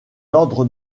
ordre